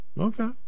okay